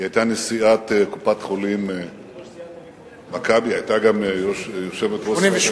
היא היתה נשיאת קופת-חולים "מכבי" יושבת-ראש סיעת הליכוד.